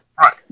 Right